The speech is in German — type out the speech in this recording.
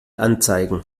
anzeigen